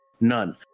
None